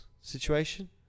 situation